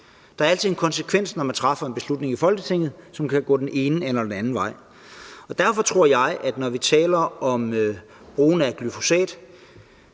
Der er altid en konsekvens, når man træffer en beslutning i Folketinget, som kan gå den ene eller den anden vej. Derfor tror jeg, at når vi taler om brugen af glyfosat,